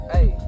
Hey